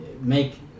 make